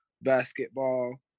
basketball